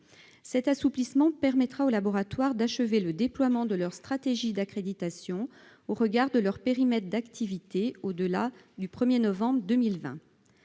Cet assouplissement permettra aux laboratoires d'achever le déploiement de leur stratégie d'accréditation au regard de leur périmètre d'activité au-delà du 1 novembre 2020.